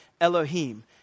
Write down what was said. Elohim